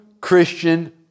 Christian